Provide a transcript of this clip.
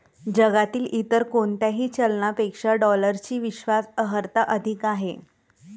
जगातील इतर कोणत्याही चलनापेक्षा डॉलरची विश्वास अर्हता अधिक आहे